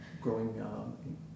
growing